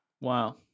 wow